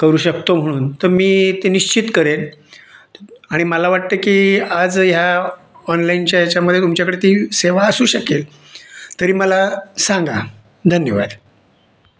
करू शकतो म्हणून तर मी ते निश्चित करेल आणि मला वाटते की आज या ऑनलाइनच्या याच्यामध्ये तुमच्याकडे ती सेवा असू शकेल तरी मला सांगा धन्यवाद